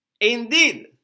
Indeed